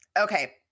Okay